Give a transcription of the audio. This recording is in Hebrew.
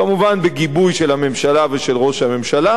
כמובן בגיבוי של הממשלה ושל ראש הממשלה,